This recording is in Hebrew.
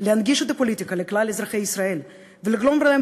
להנגיש את הפוליטיקה לכלל אזרחי ישראל ולגרום להם